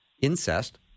incest